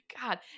God